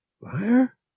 Liar